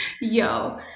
yo